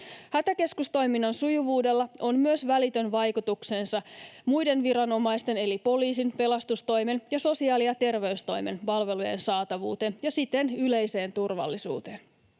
Hätäkeskustoiminnan sujuvuudella on myös välitön vaikutuksensa muiden viranomaisten eli poliisin, pelastustoimen ja sosiaali‑ ja terveystoimen palvelujen saatavuuteen ja siten yleiseen turvallisuuteen.